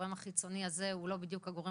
הגורם החיצוני הזה הוא לא בדיוק הגורם